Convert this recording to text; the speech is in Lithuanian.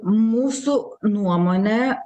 mūsų nuomone